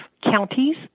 counties